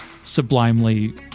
sublimely